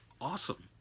Awesome